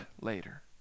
later